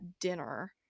dinner